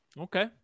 Okay